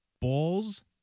Balls